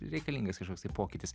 reikalingas kažkoks tai pokytis